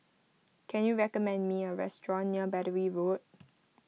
can you recommend me a restaurant near Battery Road